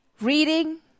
reading